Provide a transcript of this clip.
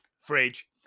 fridge